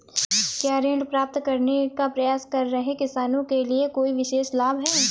क्या ऋण प्राप्त करने का प्रयास कर रहे किसानों के लिए कोई विशेष लाभ हैं?